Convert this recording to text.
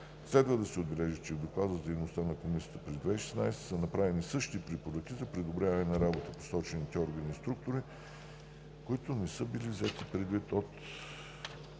Следва да се отбележи, че в Доклада за дейността на Комисията през 2016 г. са направени същите препоръки за подобряване на работата в посочените органи и структури, които не са били взети предвид от